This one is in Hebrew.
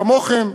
כמוכם,